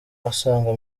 asaga